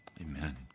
Amen